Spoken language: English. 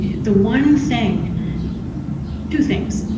the one thing two things.